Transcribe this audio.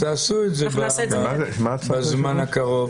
אז תעשו את זה בזמן הקרוב.